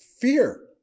fear